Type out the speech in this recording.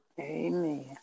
Amen